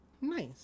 nice